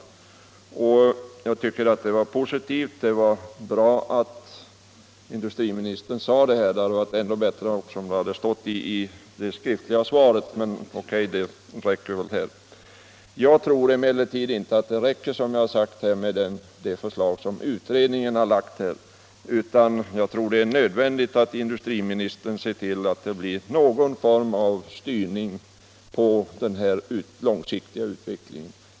Jag tycker det var positivt. Det hade varit ännu bättre om uttalandet hade varit med i det skriftliga svaret, men det räcker väl med att det har framförts här i kammaren. Jag tror emellertid, som jag sagt förut, inte att det räcker med de förslag som utredningen har lagt, utan det är nödvändigt att industriministern ser till att det blir någon form av styrning på den långsiktiga utvecklingen.